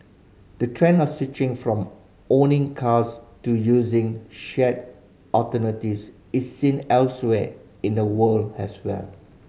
the trend of switching from owning cars to using shared alternatives is seen elsewhere in the world as well